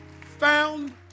found